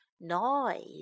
Noise